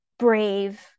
brave